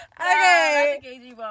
Okay